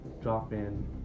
drop-in